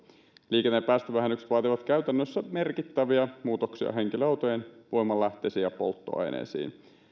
liikennepäästövähennykset vaativat käytännössä merkittäviä muutoksia henkilöautojen voimanlähteisiin ja polttoaineisiin